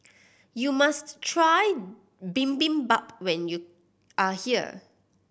you must try Bibimbap when you are here